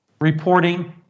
reporting